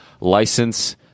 license